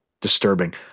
disturbing